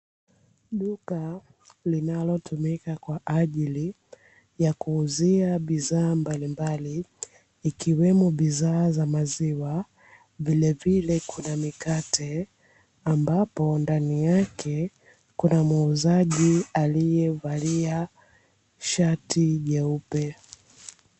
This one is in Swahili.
Duka linalotumika kwa ajili ya kuuzia bidhaa mbalimbali ikiwemo bidhaa za maziwa, vile vile kuna mikate ambapo ndani yake kuna muuzaji aliyevalia shati jeupe.